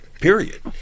period